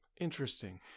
Interesting